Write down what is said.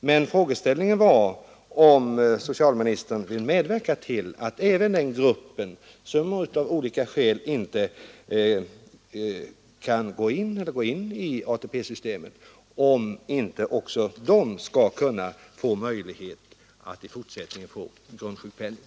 Men frågan var om socialministern vill medverka till att ge även dem som av olika skäl inte kan gå in i ATP-systemet möjlighet att i fortsättningen få grundsjukpenning.